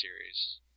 series